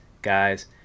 guys